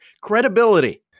Credibility